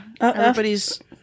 everybody's